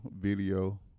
video